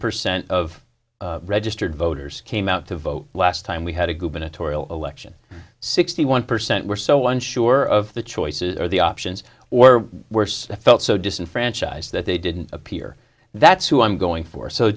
percent of registered voters came out to vote last time we had a gubernatorial election sixty one percent were so unsure of the choices are the options or worse i felt so disenfranchised that they didn't appear that's who i'm going for so